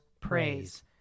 praise